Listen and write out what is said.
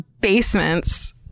basements